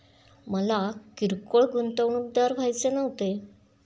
मला किरकोळ गुंतवणूकदार व्हायचे नव्हते